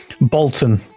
Bolton